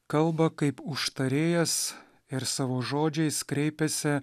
kalba kaip užtarėjas ir savo žodžiais kreipiasi